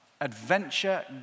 adventure